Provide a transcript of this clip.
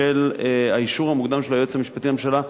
של האישור המוקדם של היועץ המשפטי לממשלה,